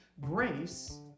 Grace